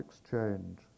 exchange